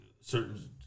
certain